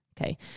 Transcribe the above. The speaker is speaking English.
Okay